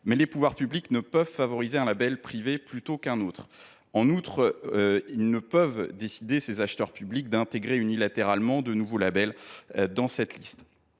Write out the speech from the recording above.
mais les pouvoirs publics ne peuvent favoriser un label privé plutôt qu’un autre. En outre, ils ne peuvent autoriser les acheteurs publics à intégrer unilatéralement de nouveaux labels dans cette liste.